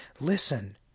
Listen